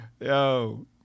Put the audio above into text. Yo